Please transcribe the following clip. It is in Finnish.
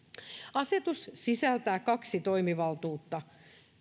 asetus sisältää kaksi toimivaltuutta